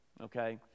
okay